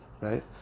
right